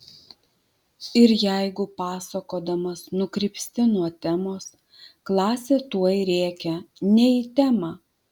ir jeigu pasakodamas nukrypsti nuo temos klasė tuoj rėkia ne į temą